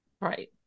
right